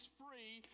free